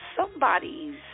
somebody's